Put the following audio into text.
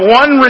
one